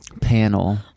panel